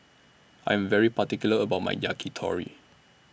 I Am very particular about My Yakitori